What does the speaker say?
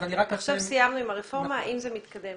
עכשיו סיימנו עם הרפורמה והשאלה היא האם זה מתקדם.